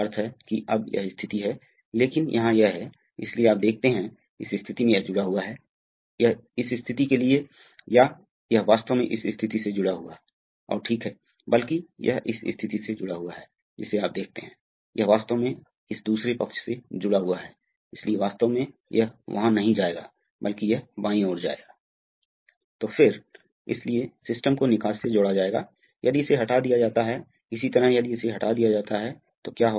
मान लीजिए कि यह X की ओर बढ़ता है अतः यदि यह V है मान लीजिए कि क्षेत्र आधा है तो यह पक्ष K गुना V होगा इकाई समय में स्थानांतरित की गई दूरी वास्तव में V A - a है यदि V की मात्रा बह रही है तो यह है तय की गयी दूरी ताकि गुना ए में आयतन होगा जो निष्कासित हो जाएगा अतः यह A A - a V Aa A - aA 1 -1KK - 1K होगा